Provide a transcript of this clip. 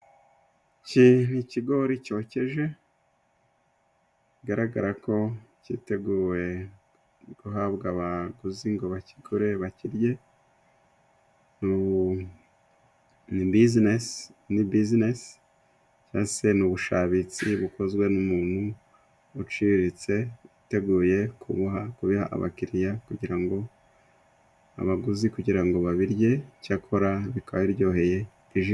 Iki ni ikigori cyokeje bigaragara ko cyiteguye guhabwa abaguzi ngo bakigure bakirye. Ni ni bizinesi ni bizinesi, mbese ni ubushabitsi bukozwe n'umuntu uciriritse, witeguye kubuha kubiha abakiriya kugira ngo abaguzi, kugira ngo babirye cyakora bikaba biryohe ijisho.